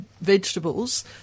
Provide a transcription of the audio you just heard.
vegetables